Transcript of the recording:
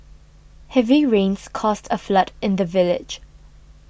heavy rains caused a flood in the village